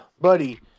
buddy